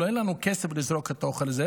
עולה לנו כסף לזרוק את האוכל הזה.